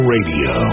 Radio